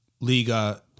Liga